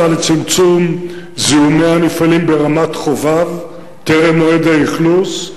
על צמצום זיהומי המפעלים ברמת-חובב טרם מועד האכלוס.